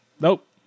nope